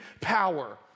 power